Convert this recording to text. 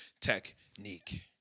technique